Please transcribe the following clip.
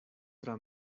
tra